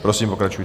Prosím, pokračujte.